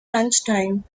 lunchtime